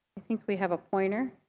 i think we have a pointer.